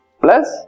plus